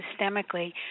systemically